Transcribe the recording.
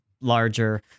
larger